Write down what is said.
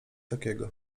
takiego